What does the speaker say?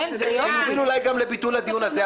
שיביא אולי גם לביטול הדיון הזה.